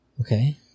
Okay